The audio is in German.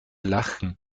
lachen